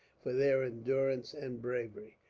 for their endurance and bravery.